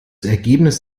ergebnis